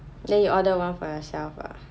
then you order one for yourself ah